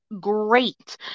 great